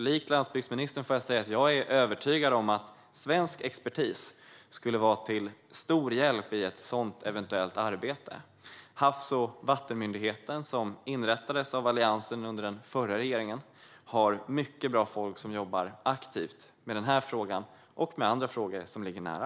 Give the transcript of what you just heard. Likt landsbygdsministern är jag övertygad om att svensk expertis skulle vara till stor hjälp i ett sådant eventuellt arbete. Havs och vattenmyndigheten, som inrättades av alliansregeringen, har mycket bra folk som jobbar aktivt med den här frågan och med andra frågor som ligger nära.